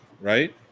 right